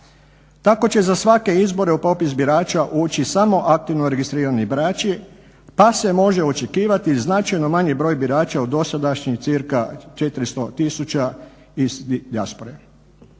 Tako će za svake izbore u popis birača ući samo aktivno registrirani birači, pa se može očekivati značajno manji broj birača od dosadašnjih, cirka 400 tisuća iz dijaspore.